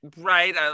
Right